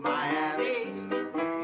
Miami